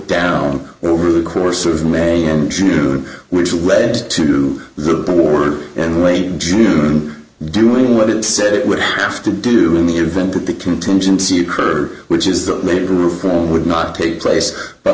down over the course of may and june which will lead to the board and lame june doing what it said it would have to do in the event that the contingency occurred which is the group would not take place but